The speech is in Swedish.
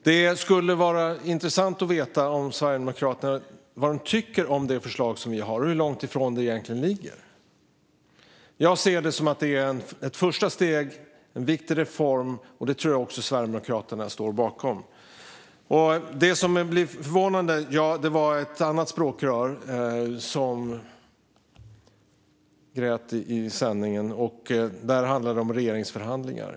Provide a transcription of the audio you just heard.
Det skulle vara intressant att veta vad Sverigedemokraterna tycker om det förslag som vi har och hur långt ifrån det egentligen ligger. Jag ser det som att det är ett första steg och en viktig reform. Det tror jag att också Sverigedemokraterna står bakom. Det var ett annan språkrör som grät i sändningen. Där handlade det om regeringsförhandlingar.